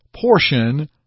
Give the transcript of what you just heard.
portion